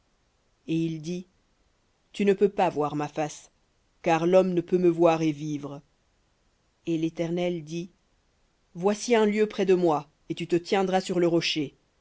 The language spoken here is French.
et il dit tu ne peux pas voir ma face car l'homme ne peut me voir et vivre et l'éternel dit voici un lieu près de moi et tu te tiendras sur le rocher